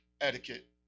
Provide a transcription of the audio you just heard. Etiquette